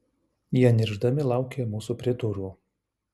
jie niršdami laukė mūsų prie durų